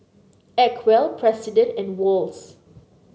Acwell President and Wall's